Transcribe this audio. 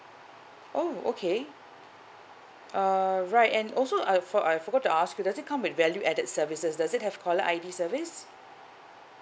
oh okay err right and also I for~ I forgot to ask you does it come with value added services does it have caller I_D service